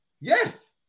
Yes